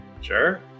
Sure